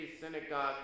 synagogue